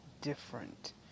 different